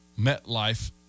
MetLife